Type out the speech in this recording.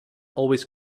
always